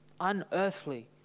unearthly